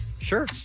Sure